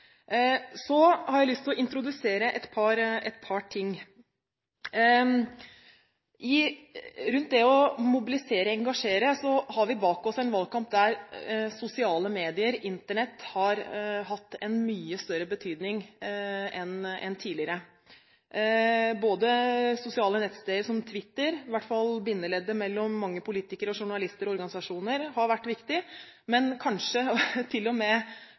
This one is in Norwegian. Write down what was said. Så har jeg lyst til å introdusere et par ting. Når det gjelder det å mobilisere og engasjere, har vi bak oss en valgkamp der sosiale medier, Internett, har hatt en mye større betydning enn tidligere. Både sosiale nettsteder som Twitter, bindeleddet mellom mange politikere og journalister og organisasjoner, har vært viktig, og kanskje